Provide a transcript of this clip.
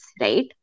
right